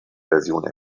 version